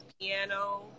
piano